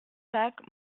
sac